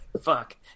Fuck